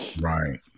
Right